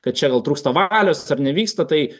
kad čia gal trūksta valios ar nevyksta tai